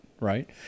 right